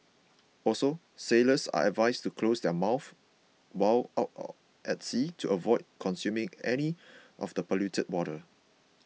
also sailors are advised to close their mouths while out at sea to avoid consuming any of the polluted water